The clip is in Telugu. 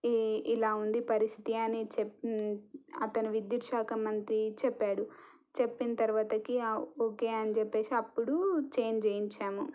ఈ ఇలా ఉంది పరిస్థితి అని చెప్పి అతను విద్యుత్ శాఖ మంత్రి చెప్పాడు చెప్పిన తరువాతకి ఓకే అని చెప్పేసి అప్పుడు చేంజ్ చేయించాము